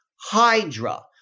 Hydra